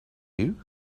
you